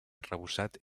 arrebossat